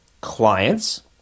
clients